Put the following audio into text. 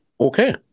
Okay